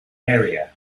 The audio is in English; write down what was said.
area